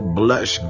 bless